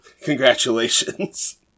Congratulations